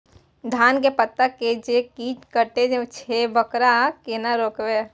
धान के पत्ता के जे कीट कटे छे वकरा केना रोकबे?